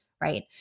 right